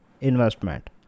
investment